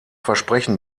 versprechen